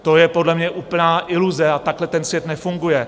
To je podle mě úplná iluze a takhle svět nefunguje.